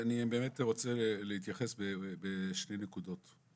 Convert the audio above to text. אני באמת רוצה להתייחס בשתי נקודות.